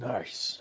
Nice